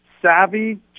Savvy